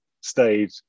stayed